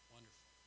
Wonderful